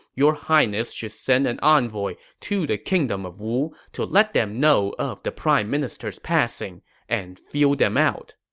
your highness should send an envoy to the kingdom of wu to let them know of the prime minister's passing and feel them out.